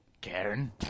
Karen